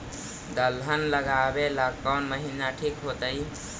दलहन लगाबेला कौन महिना ठिक होतइ?